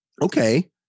Okay